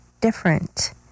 different